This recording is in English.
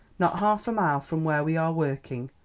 not half a mile from where we are working,